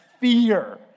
fear